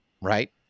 right